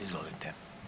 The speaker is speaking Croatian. Izvolite.